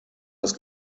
das